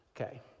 Okay